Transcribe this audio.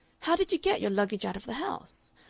how did you get your luggage out of the house?